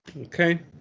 okay